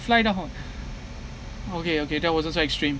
fly down okay okay that was also extreme